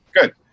good